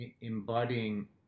embodying